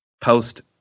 post